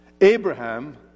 Abraham